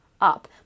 up